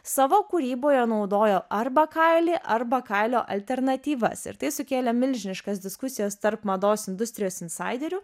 savo kūryboje naudojo arba kailį arba kailio alternatyvas ir tai sukėlė milžiniškas diskusijas tarp mados industrijos insaiderių